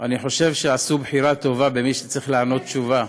אני חושב שעשו בחירה טובה במי שצריך לתת תשובה.